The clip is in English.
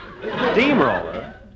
Steamroller